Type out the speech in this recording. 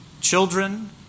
Children